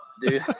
dude